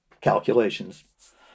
calculations